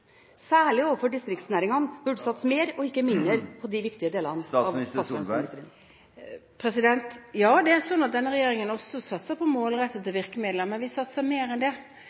særlig overfor distriktsnæringene, burde satse mer og ikke mindre på de viktige delene av fastlandsindustrien? Denne regjeringen satser også på målrettede virkemidler, men vi satser mer enn det.